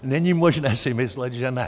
Není možné si myslet, že ne.